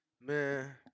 Man